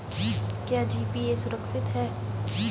क्या जी.पी.ए सुरक्षित है?